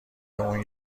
اون